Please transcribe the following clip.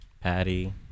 patty